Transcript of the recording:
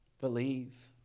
Believe